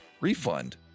refund